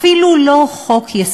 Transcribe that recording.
אפילו לא חוק-יסוד.